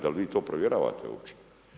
Da li vi to provjeravate uopće?